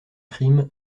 crime